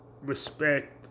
respect